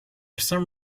some